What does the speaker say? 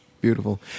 Beautiful